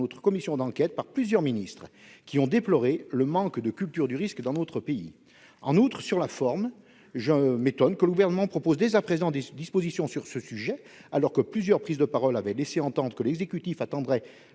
commission d'enquête par plusieurs ministres, qui ont déploré le manque de culture du risque dans notre pays. En outre, sur la forme, je m'étonne que le Gouvernement propose dès à présent des dispositions sur ce sujet, alors que plusieurs prises de parole avaient laissé entendre que l'exécutif attendrait